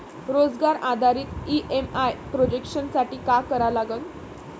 रोजगार आधारित EMI projection साठी का करा लागन?